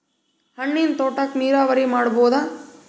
ಹಣ್ಣಿನ್ ತೋಟಕ್ಕ ನೀರಾವರಿ ಮಾಡಬೋದ?